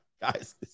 guys